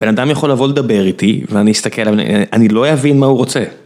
בן אדם יכול לבוא לדבר איתי, ואני אסתכל, אני לא אבין מה הוא רוצה.